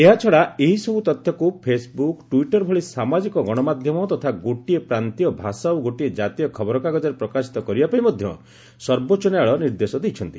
ଏହାଛଡା ଏହିସବୁ ତଥ୍ୟକୁ ଫେସ୍ବୁକ୍ ଟ୍ୱିଟ୍ର ଭଳି ସାମାଜିକ ଗଣମାଧ୍ଧମ ତଥା ଗୋଟିଏ ପ୍ରାନ୍ତୀୟ ଭାଷା ଓ ଗୋଟିଏ ଜାତୀୟ ଖବରକାଗଜରେ ପ୍ରକାଶିତ କରିବାପାଇଁ ମଧ୍ଧ ସର୍ବୋଚ ନ୍ୟାୟାଳୟ ନିର୍ଦ୍ଦେଶ ଦେଇଛନ୍ତି